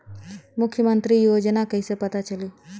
मुख्यमंत्री योजना कइसे पता चली?